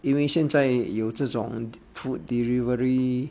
因为现在有这种 food delivery